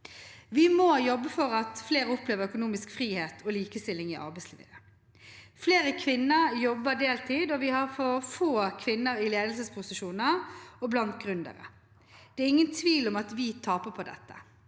Vi må jobbe for at flere opplever økonomisk frihet og likestilling i arbeidslivet. Flere kvinner jobber deltid, og vi har for få kvinner i ledelsesposisjoner og blant gründere. Det er ingen tvil om at vi taper på dette.